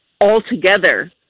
altogether